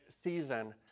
season